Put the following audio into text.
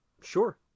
Sure